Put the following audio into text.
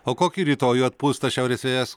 o kokį rytojų atpūs tas šiaurės vėjas